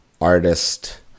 artist